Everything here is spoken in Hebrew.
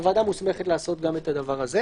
הוועדה מוסמכת גם לכך.